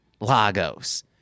Lagos